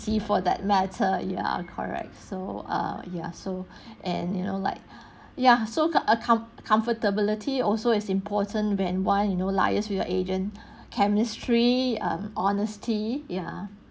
see for that matter ya correct so err ya so and you know like ya so uh com~ comfortability also is important when one you know liaise with your agent chemistry um honesty ya